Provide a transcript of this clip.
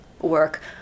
work